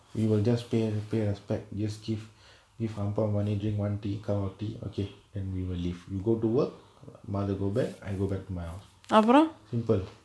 we will just pay and pay respect yes give give அப்பா:appa money drink one tea cup of tea okay and we will leave you go to work mother go back I go back my house simple